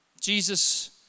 Jesus